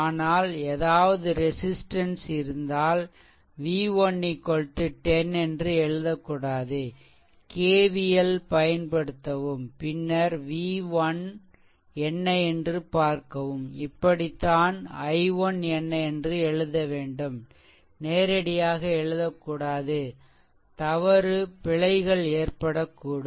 ஆனால் எதாவது ரெசிஸ்ட்டன்ஸ் இருந்தால் v1 10 என்று எழுதக்கூடாது KVL பயன்படுத்தவும் பின்னர் v1 என்ன என்று பார்க்கவும்இப்படித்தான் i1 என்ன என்று எழுதவேண்டும் நேரடியாக எழுதக்கூடாது தவறு பிழைகள் ஏற்படக்கூடும்